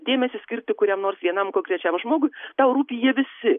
dėmesį skirti kuriam nors vienam konkrečiam žmogui tau rūpi jie visi